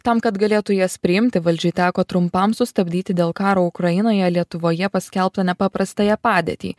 tam kad galėtų jas priimti valdžiai teko trumpam sustabdyti dėl karo ukrainoje lietuvoje paskelbtą nepaprastąją padėtį